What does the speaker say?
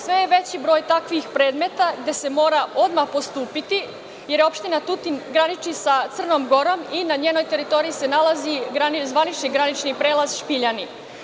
Sve je veći broj takvih predmeta da se mora odmah postupiti, jer se opština Tutin graniči sa Crnom Gorom i na njenoj teritoriji se nalazi zvanični granični prelaz Špiljani.